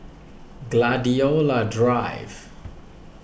Gladiola Drive